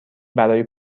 برای